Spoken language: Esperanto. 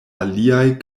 aliaj